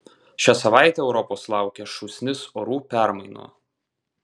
šią savaitę europos laukia šūsnis orų permainų